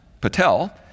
Patel